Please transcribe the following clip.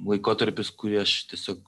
laikotarpis kurį aš tiesiog